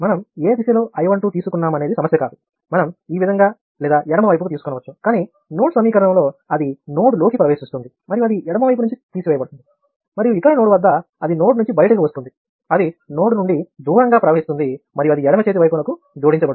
మనం ఏ దిశలో I 12 తీసుకున్నామనేది సమస్య కాదు మనం ఈ విధంగా లేదా ఎడమవైపుకు తీసుకొనవచ్చును కానీ నోడ్ సమీకరణంలో అది నోడ్లోకి ప్రవేశిస్తుంది మరియు అది ఎడమ వైపు నుండి తీసివేయబడుతుంది మరియు ఇతర నోడ్ వద్ద అది నోడ్ నుండి బయటకు వస్తున్నది అది నోడ్ నుండి దూరంగా ప్రవహిస్తుంది మరియు అది ఎడమ చేతి వైపుకు జోడించబడుతుంది